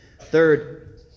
Third